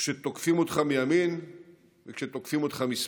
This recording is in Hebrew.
כשתוקפים אותך מימין וכשתוקפים אותך משמאל.